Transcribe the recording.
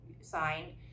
signed